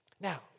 Now